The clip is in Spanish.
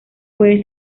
puede